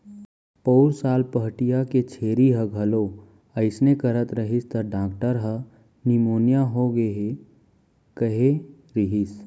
पउर साल पहाटिया के छेरी ह घलौ अइसने करत रहिस त डॉक्टर ह निमोनिया होगे हे कहे रहिस